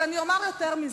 אבל אני אומר יותר מזה,